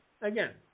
again